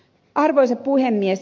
arvoisa puhemies